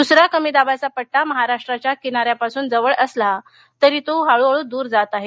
दुसरा कमी दाबाचा पट्टा महाराष्ट्राच्या किनार्यापासून जवळ असला तरी तो हळूहळू दूर जातो आहे